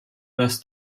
das